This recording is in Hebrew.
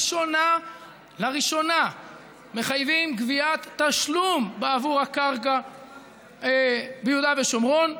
לראשונה מחייבים גביית תשלום עבור הקרקע ביהודה ושומרון.